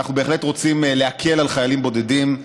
אנחנו בהחלט רוצים להקל על חיילים בודדים,